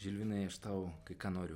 žilvinai aš tau kai ką noriu